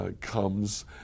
comes